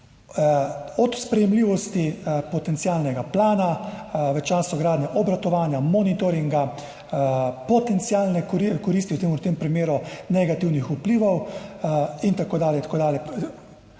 od sprejemljivosti potencialnega plana v času gradnje, obratovanja, monitoringa, potencialne koristi, recimo v tem primeru negativnih vplivov, in tako dalje in tako dalje.